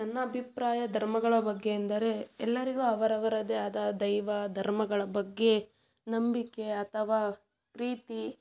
ನನ್ನ ಅಭಿಪ್ರಾಯ ಧರ್ಮಗಳ ಬಗ್ಗೆ ಎಂದರೆ ಎಲ್ಲರಿಗೂ ಅವರವರದೇ ಆದ ದೈವ ಧರ್ಮಗಳ ಬಗ್ಗೆ ನಂಬಿಕೆ ಅಥವಾ ಪ್ರೀತಿ